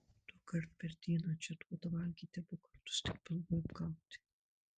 dukart per dieną čia duoda valgyti abu kartus tik pilvui apgauti